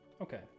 Okay